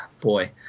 boy